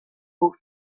aux